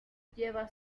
lleva